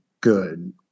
good